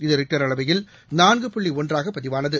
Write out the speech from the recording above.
இது ரிக்டர் அளவையில் நான்கு புள்ளி ஒன்றாக பதிவானது